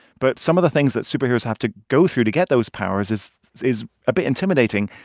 but some of the things that superheroes have to go through to get those powers is is a bit intimidating.